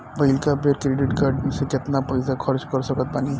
पहिलका बेर credit card से केतना पईसा खर्चा कर सकत बानी?